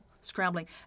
scrambling